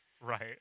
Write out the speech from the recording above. Right